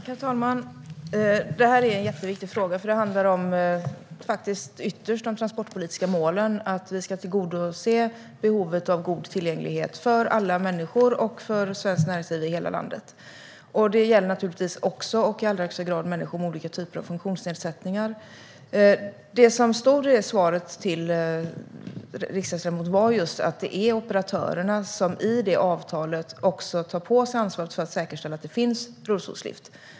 Herr talman! Det här är en jätteviktig fråga, för den handlar ytterst om de transportpolitiska målen att tillgodose behovet av god tillgänglighet för alla människor och för svenskt näringsliv i hela landet. Det gäller naturligtvis också och i allra högsta grad människor med olika funktionsnedsättningar. Det som stod i svaret till riksdagsledamoten var att det är operatörerna som i detta avtal tar på sig ansvaret för att säkerställa att det finns rullstolslyft.